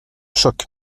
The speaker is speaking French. choque